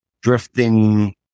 drifting